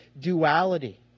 duality